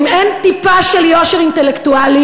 האם אין טיפה של יושר אינטלקטואלי?